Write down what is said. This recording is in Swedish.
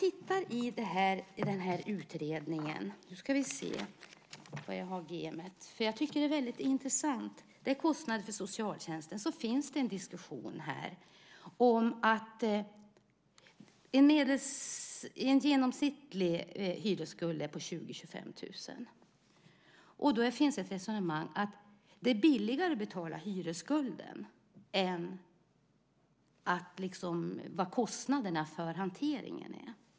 I den här utredningen finns en diskussion om kostnader för socialtjänsten. En genomsnittlig hyresskuld är på 20 000-25 000. Det finns ett resonemang om att det är billigare att betala hyresskulden än vad kostnaderna för hanteringen är.